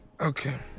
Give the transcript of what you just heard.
Okay